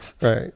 right